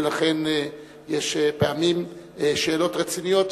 ולכן יש פעמים שאלות רציניות,